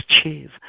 achieve